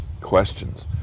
questions